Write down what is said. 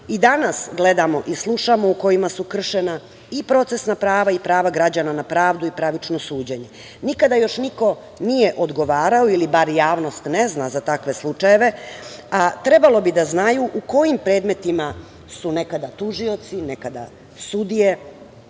i danas i gledamo i slušamo u kojima su kršena i procesna prava i prava građana na pravdu i pravično suđenje. Nikada još niko nije odgovarao ili bar javnost ne zna za takve slučajeve, trebalo bi da znaju u kojim predmetima su nekada tužioci, nekada sudije,